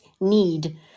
need